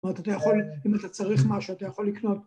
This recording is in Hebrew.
‫זאת אומרת, אם אתה צריך משהו, ‫אתה יכול לקנות.